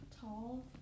tall